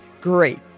Great